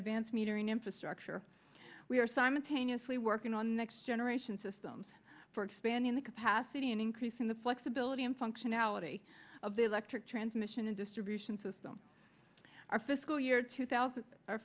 advance metering infrastructure we are simultaneously working on next generation systems for expanding the capacity and increasing the flexibility and functionality of the electric transmission and distribution system our fiscal year two thousand o